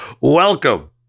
welcome